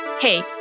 Hey